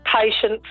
patience